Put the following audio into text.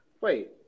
Wait